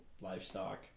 livestock